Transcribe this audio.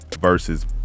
versus